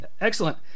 Excellent